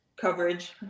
coverage